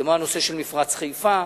כמו הנושא של מפרץ חיפה,